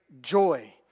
joy